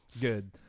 Good